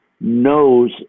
knows